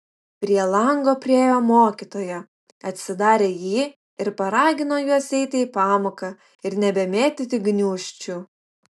prie lango priėjo mokytoja atsidarė jį ir paragino juos eiti į pamoką ir nebemėtyti gniūžčių